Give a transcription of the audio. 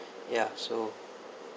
ya so